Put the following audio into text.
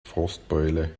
frostbeule